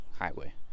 highway